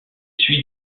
suit